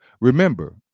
Remember